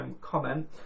comment